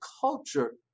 culture